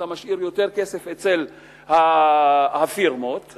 אתה משאיר יותר כסף אצל הפירמות זה